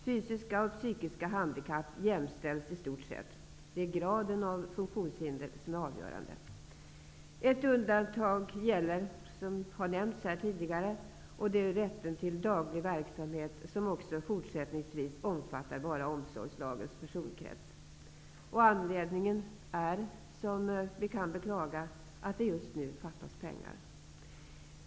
Fysiska och psykiska handikapp jämställs i stort sett. Det är graden av funktionshinder som är avgörande. Ett undantag finns dock, och det har nämnts här tidigare i dag. Det gäller rätten till daglig verksamhet, som också fortsättningsvis omfattar bara omsorgslagens personkrets. Anledningen är beklagligtvis att det just nu fattas pengar.